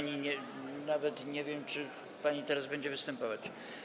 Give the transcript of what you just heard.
Nawet nie wiem, czy pani teraz będzie występować.